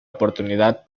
oportunidad